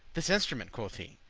this instrument, quoth he,